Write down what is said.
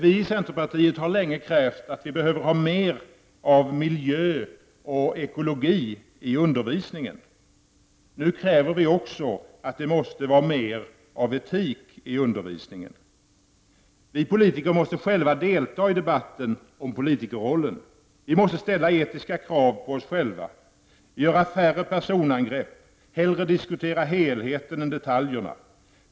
Vi i centern har länge krävt mer av miljöoch ekologiundervisning i skolan. Nu kräver vi också mer av etikundervisning. Vi politiker måste själva delta i debatten om politikerrollen. Vi måste ställa etiska krav på oss själva, göra färre personangrepp, hellre diskutera helheten än detaljerna.